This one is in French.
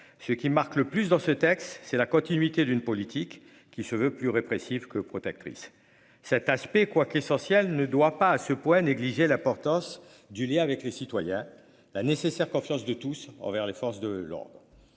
Ce qui marque le plus dans ce texte, c'est la continuité d'une politique qui se veut plus répressive que protectrice cet aspect. Ne doit pas à ce point négligé la porte. Hausse du lien avec les citoyens la nécessaire confiance de tous envers les forces de l'ordre.